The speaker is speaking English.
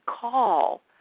call